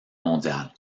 mondiales